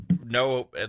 no